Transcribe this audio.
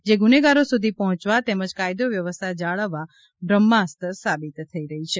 જે ગુનેગારો સુધી પહોંચવા તેમજ કાયદો વ્યવસ્થા જાળવવા બ્રહ્માસ્ત્ર સાબિત થઇ રહી છે